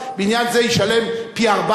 לומר: בעניין זה ישלם פי-ארבעה,